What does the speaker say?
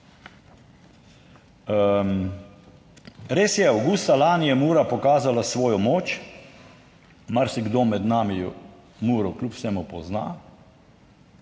Res je, avgusta lani je Mura pokazala svojo moč. Marsikdo med nami Muro kljub vsemu pozna,